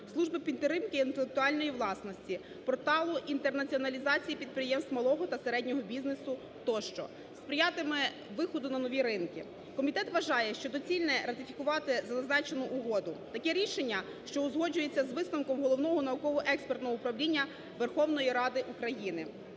служба підтримки інтелектуальної власності Порталу інтернаціоналізації підприємств малого та середнього бізнесу тощо, сприятиме виходу на нові ринки. Комітет вважає, що доцільно ратифікувати зазначену угоду, таке рішення, що узгоджується з висновком Головного науково-експертного управління Верховної Ради України.